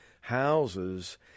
houses